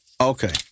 Okay